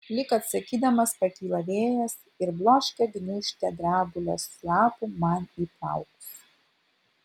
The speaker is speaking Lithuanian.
lyg atsakydamas pakyla vėjas ir bloškia gniūžtę drebulės lapų man į plaukus